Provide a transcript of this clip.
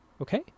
okay